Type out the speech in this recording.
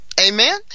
Amen